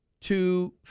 two